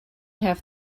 have